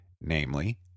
namely